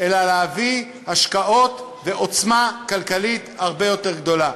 אלא בהבאת השקעות בעוצמה כלכלית הרבה יותר גדולה.